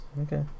Okay